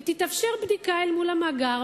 ותתאפשר בדיקה אל מול המאגר,